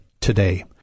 today